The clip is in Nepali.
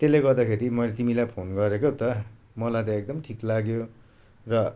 त्यसले गर्दाखेरि मैले तिमीलाई फोन गरेको पो त मलाई त एकदम ठिक लाग्यो र